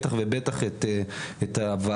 בטח ובטח את הוועדה.